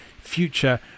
future